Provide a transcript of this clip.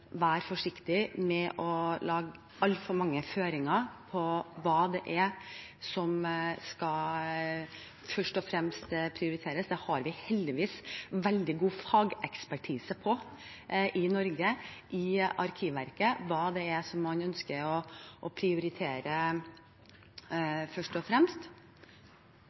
være forsiktige med å legge altfor mange føringer for hva som først og fremst skal prioriteres. Det har vi heldigvis veldig god fagekspertise på i Norge, i Arkivverket, hva man først og fremst